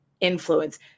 influence